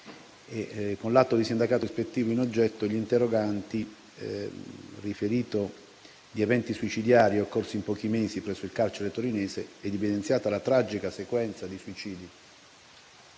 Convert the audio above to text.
Con l'atto di sindacato ispettivo in oggetto, gli interroganti, riferito di eventi suicidiari occorsi in pochi mesi presso il carcere torinese ed evidenziata la tragica sequenza di suicidi